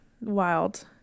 Wild